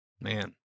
Man